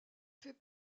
fait